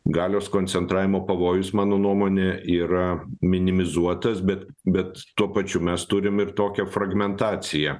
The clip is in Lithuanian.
galios koncentravimo pavojus mano nuomone yra minimizuotas bet bet tuo pačiu mes turime ir tokią fragmentaciją